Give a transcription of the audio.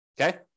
okay